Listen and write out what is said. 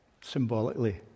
symbolically